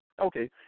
Okay